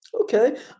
Okay